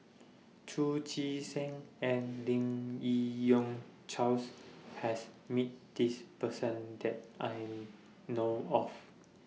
Chu Chee Seng and Lim Yi Yong Charles has meet This Person that I know of